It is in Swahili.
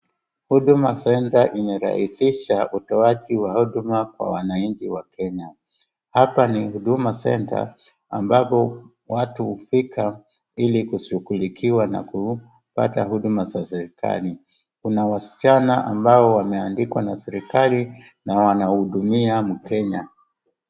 Huduma centre imerahisisha utoaji wa huduma kwa wananchi wa kenya. Hapa ni huduma centre ambapo watu hufika ili kushughuluikiwa na kupata huduma za serikali. Kuna wasichana ambao wameandikwa na serikali na wanahudumia mkenya.